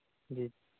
जी